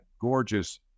gorgeous